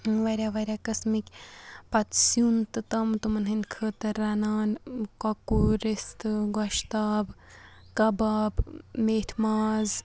واریاہ واریاہ قٕسمٕکۍ پَتہٕ سیُن توٚتام تِمَن ہِنٛدِ خٲطرٕ رَنان کۄکُر رِستہٕ گۄشتاب کَباب میتھِ ماز